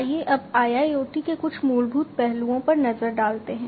आइये अब IIoT के कुछ मूलभूत पहलुओं पर नजर डालते हैं